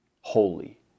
holy